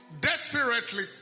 Desperately